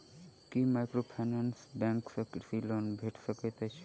की microfinance bank सँ कृषि loan भेटि सकैत अछि?